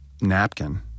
napkin